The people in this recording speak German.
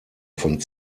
von